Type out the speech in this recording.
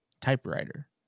typewriter